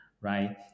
right